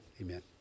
amen